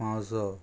मावसो